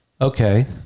okay